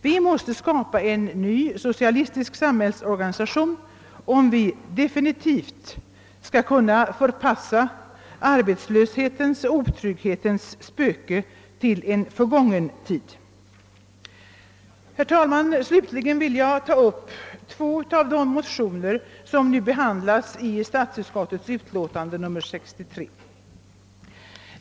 Vi måste skapa en ny socialistisk samhällsorganisation om vi definitivt skall kunna förpassa arbetslöshetens och otrygghetens spöke till en förgången tid. Slutligen vill jag, herr talman, ta upp två av de motioner som nu behandlas i statsutskottets utlåtande nr 63.